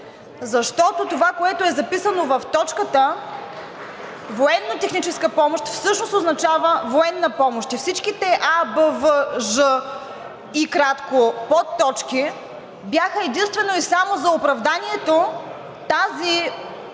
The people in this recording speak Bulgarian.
защото това, което е записано в точката – „военнотехническа помощ“, всъщност означава военна помощ. И всичките а, б, в, ж, й подточки бяха единствено и само за оправданието тази